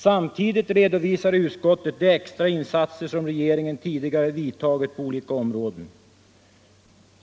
Samtidigt redovisar utskottet de extra insatser som regeringen tidigare vidtagit på olika områden.